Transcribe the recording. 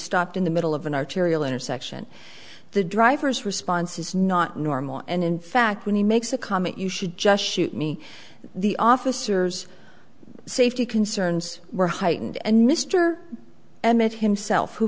stopped in the middle of an arterial intersection the driver's response is not normal and in fact when he makes a comment you should just shoot me the officers safety concerns were heightened and mr emmett himself who